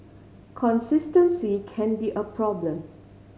consistency can be a problem